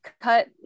cut